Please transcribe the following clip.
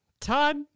Todd